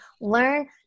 learn